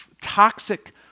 toxic